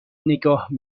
نگاه